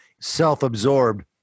self-absorbed